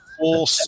full